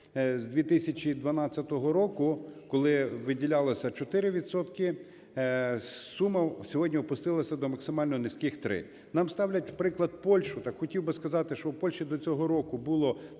з 2012 року, коли виділялося 4 відсотки, сума сьогодні опустилася до максимально низьких 3. Нам ставлять у приклад Польщу, так хотів би сказати, що в Польщі до цього року було